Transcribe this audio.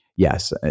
Yes